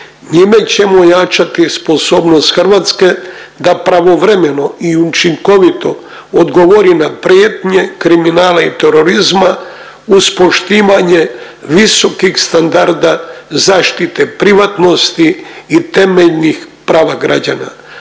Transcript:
Njime ćemo ojačati sposobnost Hrvatske da pravovremeno i učinkovito odgovori na prijetnje kriminala i terorizma uz poštivanje visokih standarda zaštite privatnosti i temeljnih prava građana.